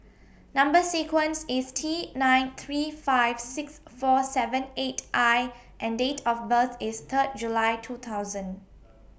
Number sequence IS T nine three five six four seven eight I and Date of birth IS Third July two thousand